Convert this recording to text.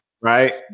Right